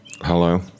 Hello